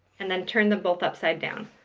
and then turn them both upside down,